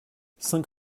cinq